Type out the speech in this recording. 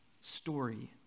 story